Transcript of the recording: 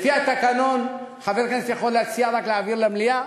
לפי התקנון חבר כנסת יכול להציע רק להעביר למליאה.